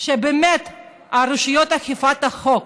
שבאמת רשויות אכיפת החוק